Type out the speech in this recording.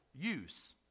use